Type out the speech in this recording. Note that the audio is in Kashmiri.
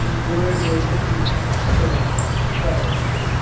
گٲڑۍ روزِ تٔتی سٲنی ٹروٕل والِنٕے ہِنٛز